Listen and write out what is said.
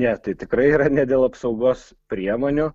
ne tai tikrai yra ne dėl apsaugos priemonių